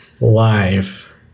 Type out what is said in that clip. live